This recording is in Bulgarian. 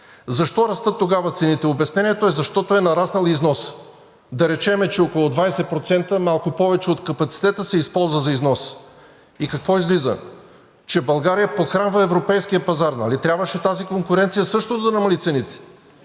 Защо тогава растат цените? Обяснението е: защото е нараснал износът. Да речем, че е около 20% – малко повече от капацитета, се използва за износ и какво излиза? Че България подхранва европейския пазар! Нали тази конкуренция също трябваше да намали цените?